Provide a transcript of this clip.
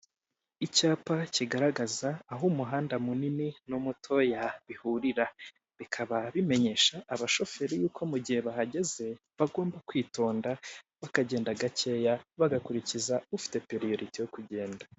Icyapa kigaragaza aho umuhanda munini n'umutoya bihurira bikaba bimenyesha abashoferi y'uko mu gihe bahageze bagomba kwitonda bakagenda gakeya bagakurikiza ufite piriyorite yo kugenda.